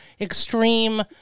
extreme